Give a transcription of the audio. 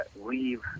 leave